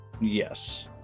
Yes